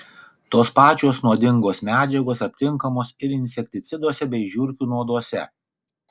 tos pačios nuodingos medžiagos aptinkamos ir insekticiduose bei žiurkių nuoduose